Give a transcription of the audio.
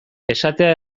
esatea